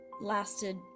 lasted